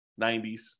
90s